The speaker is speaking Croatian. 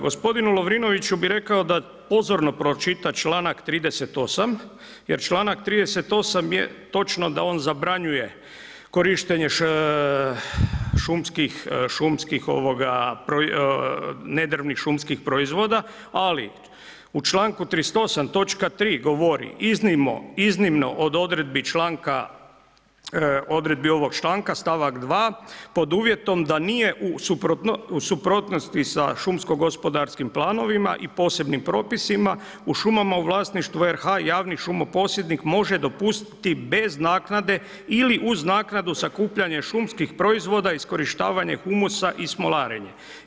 Gospodinu Lovrinoviću bih rekao da pozorno pročita članak 38. jer članak 38. je točno da on zabranjuje korištenje nedrvnih šumskih proizvoda, ali u članku 38. točka 3. govori iznimno od odredbi ovog članka, stavak 2. pod uvjetom da nije u suprotnosti i sa šumsko-gospodarskim planovima i posebnim propisima u šumama u vlasništvu RH javni šumoposjednik može dopustiti bez naknade ili uz naknadu sakupljanje šumskih proizvoda, iskorištavanje humusa i smolarenje.